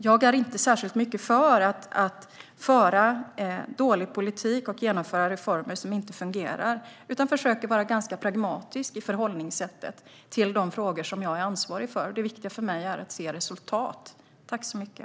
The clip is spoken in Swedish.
Jag är inte särskilt mycket för att föra dålig politik och genomföra reformer som inte fungerar. Jag försöker i stället att vara pragmatisk i förhållningssättet till de frågor som jag är ansvarig för. Det viktiga för mig är att se resultat.